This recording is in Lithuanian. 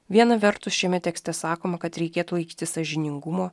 viena vertus šiame tekste sakoma kad reikėtų laikytis sąžiningumo